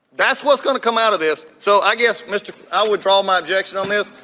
that's what's going to come out of this. so i guess mr. i withdraw my objection on this.